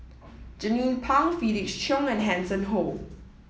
Jernnine Pang Felix Cheong and Hanson Ho